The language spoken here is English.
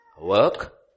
work